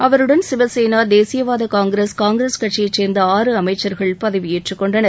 அவருடன் சிவசேனா தேசியவாத Congress Congress கட்சியைச் சேர்ந்த ஆறு அமைச்சர்கள் பதவியேற்றுக் கொண்டனர்